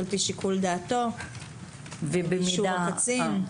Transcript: על פי שיקול דעתו ובאישור הקצין.